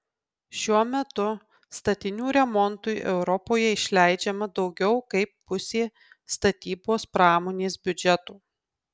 šiuo metu statinių remontui europoje išleidžiama daugiau kaip pusė statybos pramonės biudžeto